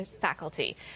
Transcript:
faculty